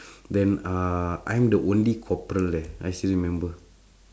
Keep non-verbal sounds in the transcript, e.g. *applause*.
*breath* then uh I'm the only corporal leh I still remember